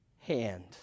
hand